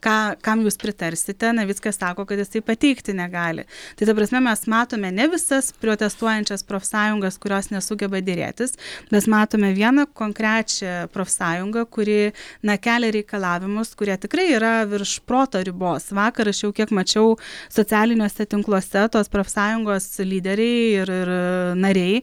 ką kam jūs pritarsite navickas sako kad jisai pateikti negali tai ta prasme mes matome ne visas protestuojančias profsąjungos kurios nesugeba derėtis mes matome vieną konkrečią profsąjungą kuri na kelia reikalavimus kurie tikrai yra virš proto ribos vakar aš jau kiek mačiau socialiniuose tinkluose tos profsąjungos lyderiai ir ir nariai